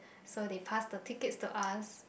so they pass the tickets to us